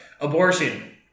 Abortion